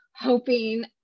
hoping